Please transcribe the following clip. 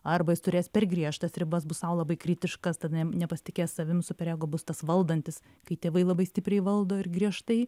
arba jis turės per griežtas ribas bus sau labai kritiškas tada jam nepasitikės savim super ego bus tas valdantis kai tėvai labai stipriai valdo ir griežtai